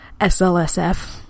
SLSF